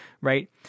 right